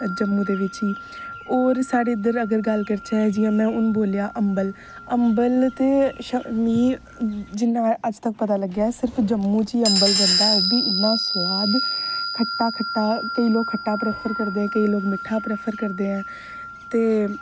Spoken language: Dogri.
जम्मू दे बिच ही और साढ़े इद्धर अगर गल्ल करचै जियां हून में बोलेआ अबंल अबंल ते ओह् ते जिन्ना अजतक पता लग्गेआ अस जम्मू च ही अबंल बनदा ओह् बी इन्ना स्बाद खट्टा खट्टा कोई लोक खट्टा खट्टा प्रैफर करदे केई लोक मिट्ठा प्रैफर करदे ते